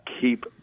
keep